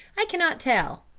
i cannot tell.